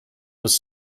was